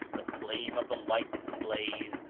the flame of the lights the blaze,